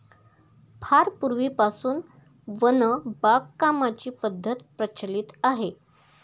फार पूर्वीपासून वन बागकामाची पद्धत प्रचलित आहे